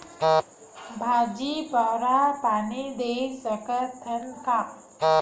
भाजी फवारा पानी दे सकथन का?